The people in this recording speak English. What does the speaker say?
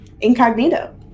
Incognito